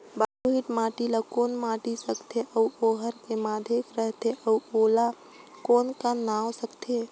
बलुही माटी ला कौन माटी सकथे अउ ओहार के माधेक राथे अउ ओला कौन का नाव सकथे?